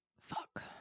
Fuck